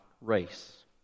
race